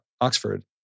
Oxford